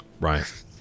Right